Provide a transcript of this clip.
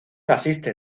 asiste